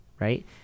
right